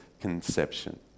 conception